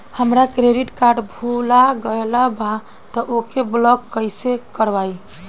हमार credit card भुला गएल बा त ओके ब्लॉक कइसे करवाई?